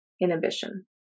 inhibition